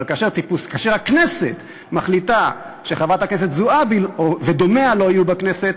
אבל כאשר הכנסת מחליטה שחברת הכנסת זועבי או דומיה לא יהיו בכנסת,